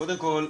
קודם כל,